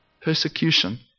Persecution